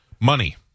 Money